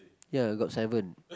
ya I got seven